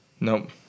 Nope